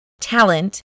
talent